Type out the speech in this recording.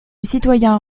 citoyen